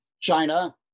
China